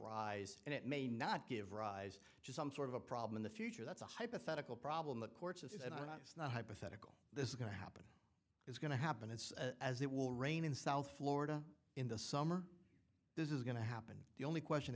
rise and it may not give rise to some sort of a problem in the future that's a hypothetical problem the courts and i was not hypothetical this is going to happen it's going to happen it's as it will rain in south florida in the summer this is going to happen the only question